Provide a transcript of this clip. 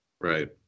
Right